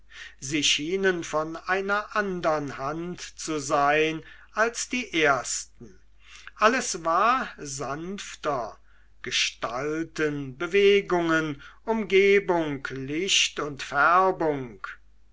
sie schienen von einer andern hand zu sein als die ersten alles war sanfter gestalten bewegungen umgebung licht und färbung